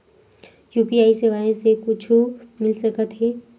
UPI सेवाएं से कुछु मिल सकत हे?